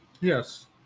yes